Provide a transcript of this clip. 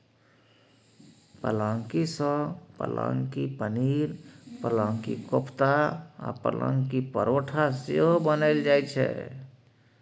पलांकी सँ पलांकी पनीर, पलांकी कोपता आ पलांकी परौठा सेहो बनाएल जाइ छै